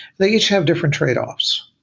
they each have different tradeoffs